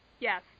Yes